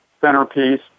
centerpiece